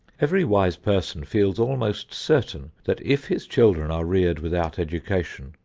every wise person feels almost certain that if his children are reared without education,